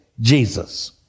Jesus